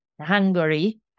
Hungary